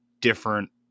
different